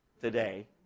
today